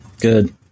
good